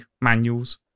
manuals